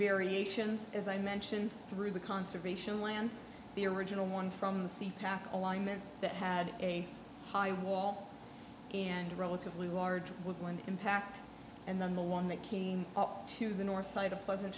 variations as i mentioned through the conservation land the original one from the sea pack alignment that had a high wall and relatively large woodland impact and then the one that came up to the north side a pleasant